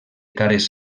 cares